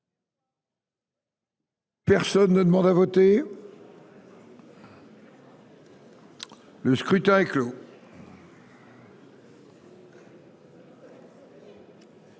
Personne ne demande plus à voter ?… Le scrutin est clos.